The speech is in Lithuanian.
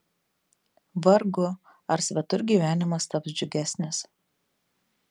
vargu ar svetur gyvenimas taps džiugesnis